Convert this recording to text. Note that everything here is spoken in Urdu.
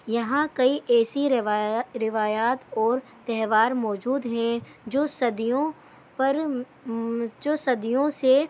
یہاں کئی ایسی روایات اور تہوار موجود ہیں جو صدیوں پر جو صدیوں سے